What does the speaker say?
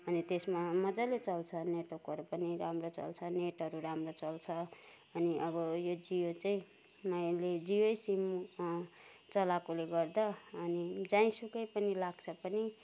अनि त्यसमा मजाले चल्छ नेटवर्कहरू पनि राम्रो चल्छ नेटहरू राम्रो चल्छ अनि अब यो जियो चाहिँ मैले जियै सिम चलाएकोले गर्दा अनि जहाँसुकै पनि लाग्छ पनि